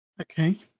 okay